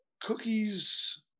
cookies